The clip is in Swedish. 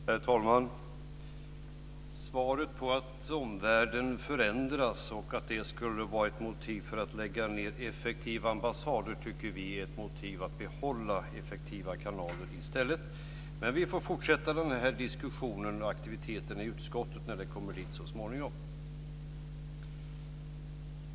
Herr talman! Det gavs ett svar om att omvärlden förändras, och att det skulle vara ett motiv för att lägga ned effektiva ambassader. Det tycker vi är ett motiv för att behålla effektiva kanaler i stället. Men vi får fortsätta diskussionen och aktiviteten i utskottet när frågan kommer dit så småningom.